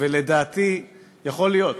יכול להיות.